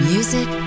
Music